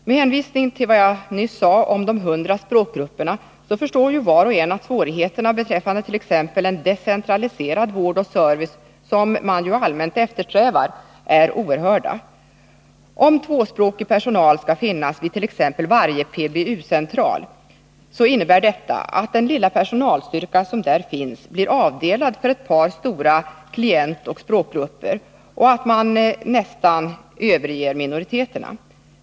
Med tanke på vad som nyss sades om de 100 språkgrupperna förstår var och en att svårigheterna beträffande t.ex. en decentraliserad vård och service, som man ju allmänt eftersträvar, är oerhörda. Om tvåspråkig personal skall finnas vid t.ex. varje PBU-central innebär det att den lilla personalstyrka som där finns blir avdelad för ett par stora klientoch språkgrupper och att man nästan överger minoriteterna.